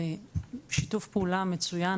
שיתוף הפעולה מצוין,